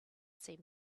seem